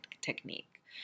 technique